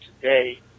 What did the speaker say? today